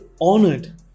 honored